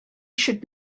should